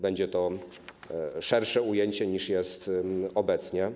Będzie to szersze ujęcie niż jest obecnie.